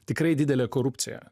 tikrai didelė korupcija